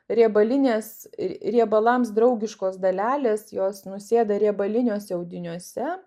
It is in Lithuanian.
riebalinės riebalams draugiškos dalelės jos nusėda riebaliniuose audiniuose